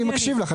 אני מקשיב לך.